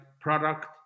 product